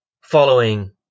following